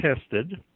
tested